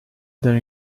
their